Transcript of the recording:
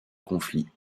conflits